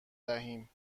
دهیم